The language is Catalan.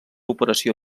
operació